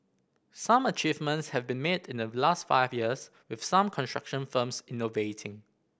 some achievements have been made in the last five years with some construction firms innovating